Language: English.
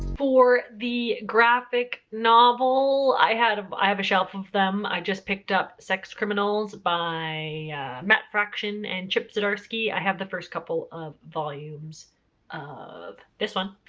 for the graphic novel i have, i have a shelf of them. i just picked up sex criminals by matt fraction and chip zdarsky. i have the first couple of volumes of this one.